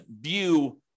view